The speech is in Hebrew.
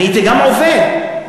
גם עבדתי,